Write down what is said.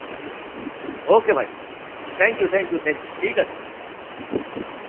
ওকে ভাই thank you thank you thank you ঠিক আছে